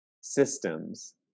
systems